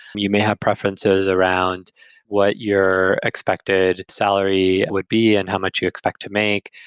you may have preferences around what your expected salary would be and how much you expect to make.